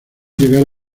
llegar